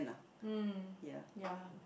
mm ya